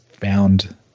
found